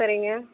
சரிங்க